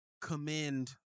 commend